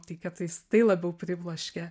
tai kartais tai labiau pribloškia